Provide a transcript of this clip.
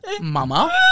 mama